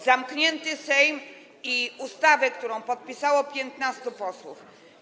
Zamknięty Sejm i ustawę, którą podpisało 15 posłów.